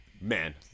man